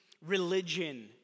religion